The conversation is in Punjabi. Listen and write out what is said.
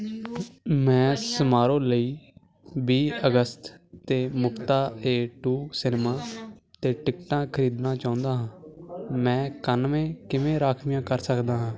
ਮੈਂ ਸਮਾਰੋਹ ਲਈ ਵੀਹ ਅਗਸਤ ਅਤੇ ਮੁਕਤਾ ਏ ਟੂ ਸਿਨੇਮਾਸ 'ਤੇ ਟਿਕਟਾਂ ਖਰੀਦਣਾ ਚਾਹੁੰਦਾ ਹਾਂ ਮੈਂ ਕਾਨਵੇਂ ਕਿਵੇਂ ਰਾਖਵੀਆਂ ਕਰ ਸਕਦਾ ਹਾਂ